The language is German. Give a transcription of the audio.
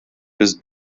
bist